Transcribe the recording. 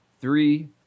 three